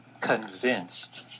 convinced